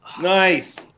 Nice